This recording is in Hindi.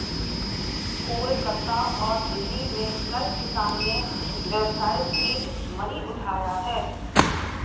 कोलकाता और दिल्ली में कल किसान ने व्यवसाय सीड मनी उठाया है